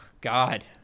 God